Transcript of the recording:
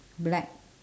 black